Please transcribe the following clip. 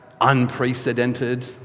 unprecedented